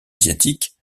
asiatiques